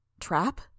Trap